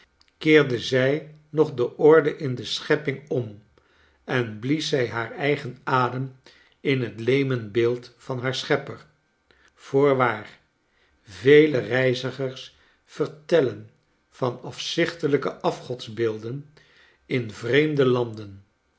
keerde zij nog de orde in de schepping om en blies zij haar eigen adem in het leemen beeld van haar schepper voorwaax vele reizigers vertellen van afzichtelijke afgodsbeelden in vjeemdo landen